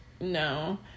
No